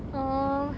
oh